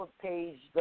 page